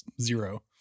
zero